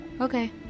Okay